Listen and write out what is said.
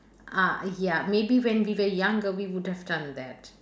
ah ya maybe when we were younger we would have done that